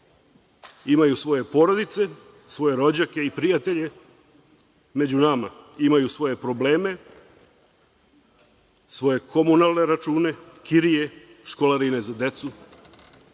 imaju svoje porodice, svoje rođake i prijatelje, među nama, imaju svoje probleme, svoje komunalne račune, kirije, školarine za decu,